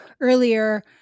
earlier